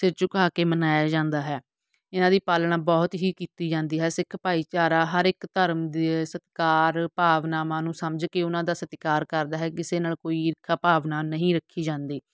ਸਿਰ ਝੁਕਾ ਕੇ ਮਨਾਇਆ ਜਾਂਦਾ ਹੈ ਇਹਨਾਂ ਦੀ ਪਾਲਣਾ ਬਹੁਤ ਹੀ ਕੀਤੀ ਜਾਂਦੀ ਹੈ ਸਿੱਖ ਭਾਈਚਾਰਾ ਹਰ ਇੱਕ ਧਰਮ ਦੇ ਸਤਿਕਾਰ ਭਾਵਨਾਵਾਂ ਨੂੰ ਸਮਝ ਕੇ ਉਹਨਾਂ ਦਾ ਸਤਿਕਾਰ ਕਰਦਾ ਹੈ ਕਿਸੇ ਨਾਲ ਕੋਈ ਈਰਖਾ ਭਾਵਨਾ ਨਹੀਂ ਰੱਖੀ ਜਾਂਦੀ